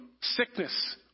sickness